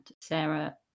sarah